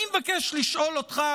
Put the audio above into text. אני מבקש לשאול אותך,